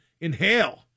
inhale